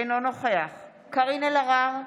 אינו נוכח קארין אלהרר,